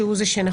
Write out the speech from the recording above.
שהוא זה שנכון.